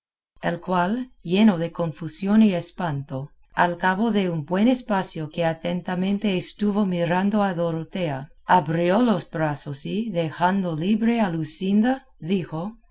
el cual lleno de confusión y espanto al cabo de un buen espacio que atentamente estuvo mirando a dorotea abrió los brazos y dejando libre a luscinda dijo